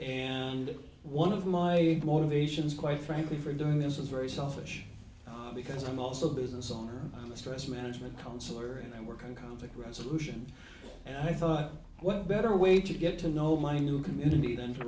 six one of my motivations quite frankly for doing this is very selfish because i'm also a business owner stress management counselor and work on conflict resolution i thought what better way to get to know my new community than to